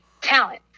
talent